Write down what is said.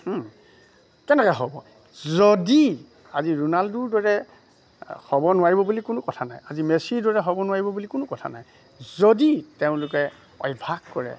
কেনেকে হ'ব যদি আজি ৰোণাল্ডোৰ দৰে হ'ব নোৱাৰিব বুলি কোনো কথা নাই আজি মেচিৰ দৰে হ'ব নোৱাৰিব বুলি কোনো কথা নাই যদি তেওঁলোকে অভ্যাস কৰে